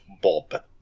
Bob